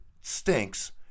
stinks